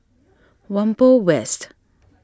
Whampoa West